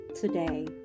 today